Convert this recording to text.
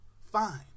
Fine